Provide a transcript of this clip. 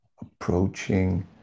approaching